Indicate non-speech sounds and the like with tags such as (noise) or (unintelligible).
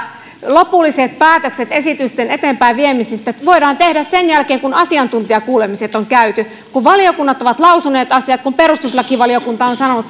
lopulliset päätökset esitysten eteenpäinviemisestä voidaan tehdä sen jälkeen kun asiantuntijakuulemiset on käyty kun valiokunnat ovat lausuneet asiat kun perustuslakivaliokunta on sanonut (unintelligible)